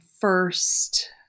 first